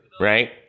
right